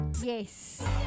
Yes